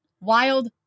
Wild